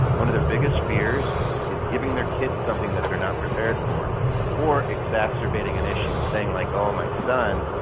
one of their biggest fears is giving their kids something that they're not prepared for or exacerbating an issue. saying like oh my son,